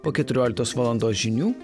po keturioliktos valandos žinių